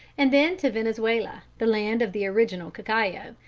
and then to venezuela the land of the original cacao,